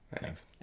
thanks